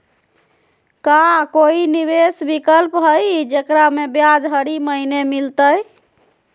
का कोई निवेस विकल्प हई, जेकरा में ब्याज हरी महीने मिलतई?